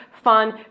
fun